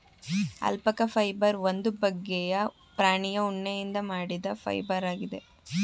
alpaca fibre ಒಂದು ಬಗ್ಗೆಯ ಪ್ರಾಣಿಯ ಉಣ್ಣೆಯಿಂದ ಮಾಡಿದ ಫೈಬರ್ ಆಗಿದೆ